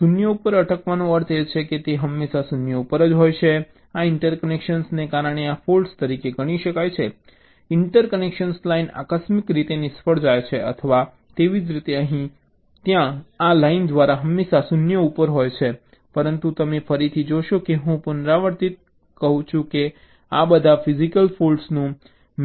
0 ઉપર અટકવાનો અર્થ એ છે કે તે હંમેશા 0 ઉપર હોય છે આ ઇન્ટરકનેક્શનને કારણે આ ફૉલ્ટ તરીકે ગણી શકાય ઇન્ટરકનેક્શન લાઇન આકસ્મિક રીતે નિષ્ફળ જાય છે અથવા તેવી જ રીતે અહીં ત્યાં આ લાઇન દ્વારા હંમેશા 0 ઉપર હોય છે પરંતુ તમે ફરીથી જોશો કે હું પુનરાવર્તિત કહું છું કે આ બધા ફિજીકલ ફૉલ્ટ્સનું